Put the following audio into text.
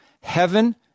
Heaven